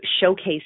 showcase